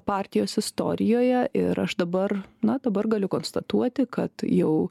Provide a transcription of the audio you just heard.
partijos istorijoje ir aš dabar na dabar galiu konstatuoti kad jau